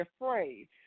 afraid